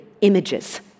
images